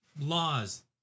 laws